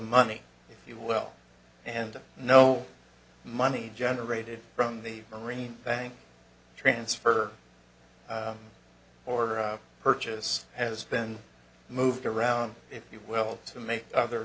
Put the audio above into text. money if you well and no money generated from the marine bank transfer or purchase has been moved around if you will to make other